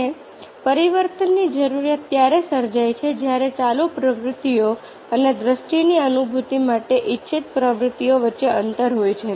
અને પરિવર્તનની જરૂરિયાત ત્યારે સર્જાય છે જ્યારે ચાલુ પ્રવૃત્તિઓ અને દ્રષ્ટિની અનુભૂતિ માટે ઇચ્છિત પ્રવૃત્તિઓ વચ્ચે અંતર હોય છે